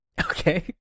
Okay